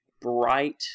bright